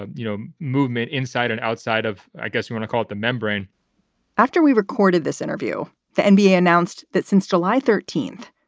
ah you know, movement inside and outside of i guess you wanna call it the membrane after we recorded this interview, the and nba announced that since july thirteenth,